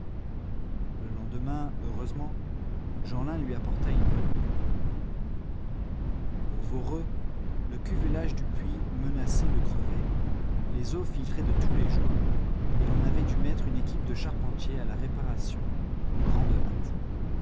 le lendemain heureusement jeanlin lui apporta une bonne nouvelle au voreux le cuvelage du puits menaçait de crever les eaux filtraient de tous les joints et l'on avait dû mettre une équipe de charpentiers à la réparation en grande hâte